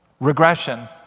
regression